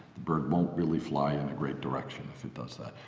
the bird won't really fly in a great direction if it does that!